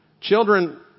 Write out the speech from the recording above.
Children